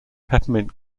peppermint